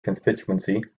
constituency